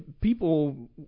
people